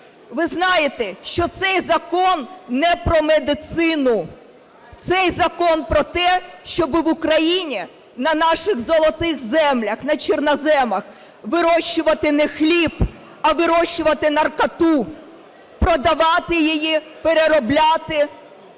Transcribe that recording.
Ви знаєте, що цей закон не про медицину. Цей закон про те, щоб в Україні на наших золотих землях на чорноземах вирощувати не хліб, а вирощувати наркоту, продавати її, переробляти,